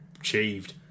achieved